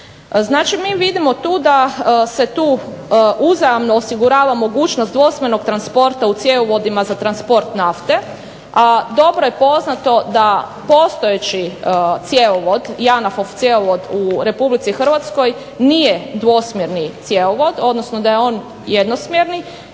Znači, mi vidimo tu da se tu uzajamno osigurava mogućnost dvosmjernog transporta u cjevovodima za transport nafte. A dobro je poznato da postojeći cjevovod, JANAF-ov cjevovod u RH nije dvosmjerni cjevovod, odnosno da je on jednosmjerni